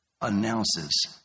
announces